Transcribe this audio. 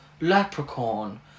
Leprechaun